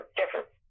different